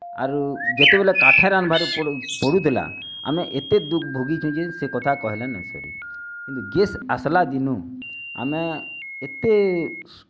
ଆରୁ ଯେତେବେଲେ କାଠର୍ ରାନ୍ଧ୍ବାର୍ ପଡ଼ୁଥିଲା ଆମେ ଏତେ ଦୁଃଖ୍ ଭୋଗିଛୁଁ ଯେ ସେ କଥା କହିଲେ ନାଇଁ ସରେ କିନ୍ତୁ ଗ୍ୟାସ୍ ଆସିଲା ଦିନୁ ଆମେ ଏତେ ସୁ